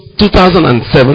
2007